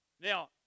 Now